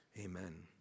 Amen